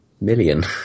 million